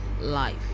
life